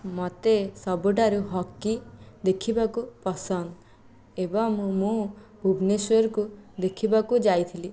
ମୋତେ ସବୁଠାରୁ ହକି ଦେଖିବାକୁ ପସନ୍ଦ ଏବଂ ମୁଁ ଭୁବନେଶ୍ଵରକୁ ଦେଖିବାକୁ ଯାଇଥିଲି